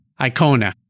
Icona